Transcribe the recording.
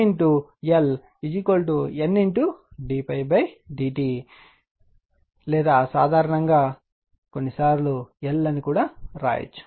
మరియు L N L N d ∅ d i లేదా సాధారణంగా కొన్నిసార్లు L అని వ్రాయవచ్చు